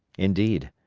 indeed,